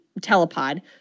telepod